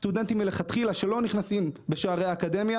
סטודנטים מלכתחילה שלא נכנסים בשערי האקדמיה